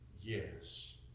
Yes